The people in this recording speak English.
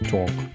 Talk